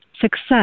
success